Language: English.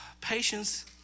Patience